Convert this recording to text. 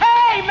Hey